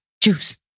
juice